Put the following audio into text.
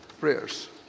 prayers